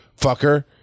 fucker